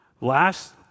last